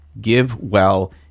GiveWell